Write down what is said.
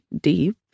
deep